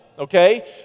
Okay